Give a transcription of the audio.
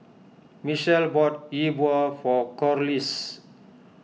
Michal bought Yi Bua for Corliss